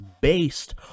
based